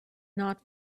not